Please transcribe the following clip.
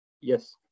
Yes